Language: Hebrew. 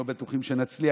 לא בטוחים שנצליח,